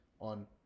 on